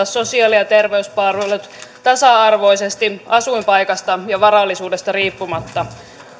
sosiaali ja terveyspalvelut tasa arvoisesti asuinpaikasta ja varallisuudesta riippumatta